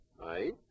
right